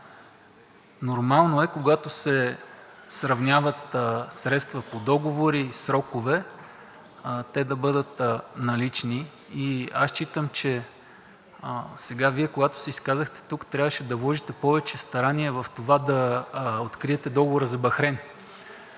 нормално е, когато се сравняват средства по договори и срокове, те да бъдат налични и аз считам, че сега, когато Вие се изказахте, трябваше да вложите повече старание в това да откриете договора за Бахрейн.